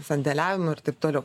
sandėliavimu ir taip toliau